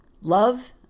Love